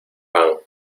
pan